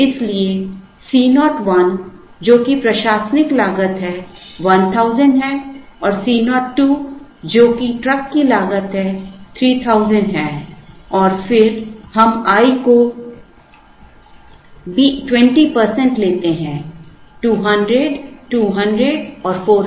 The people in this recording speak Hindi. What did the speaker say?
इसलिए C 0 1 जो कि प्रशासनिक लागत है 1000 है और C 0 2 जो कि ट्रक की लागत है 3000 है और फिर हम i को 20 प्रतिशत लेते हैं 200 200 और 400 है